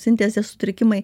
sintezė sutrikimai